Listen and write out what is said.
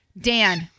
Dan